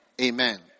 Amen